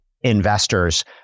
investors